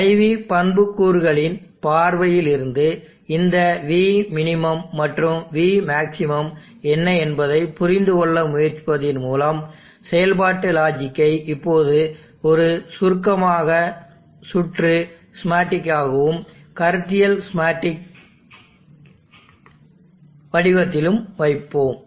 IV பண்புக்கூறுகளின் பார்வையில் இருந்து இந்த Vmin மற்றும் Vmax என்ன என்பதைப் புரிந்துகொள்ள முயற்சிப்பதன் மூலம் செயல்பாட்டு லாஜிக்கை இப்போது ஒரு சுருக்கமான சுற்று ஸ்கீமாட்டிக் ஆகவும் கருத்தியல் ஸ்கீமாட்டிக் வடிவத்திலும் வைப்போம்